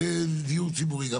דיור ציבורי.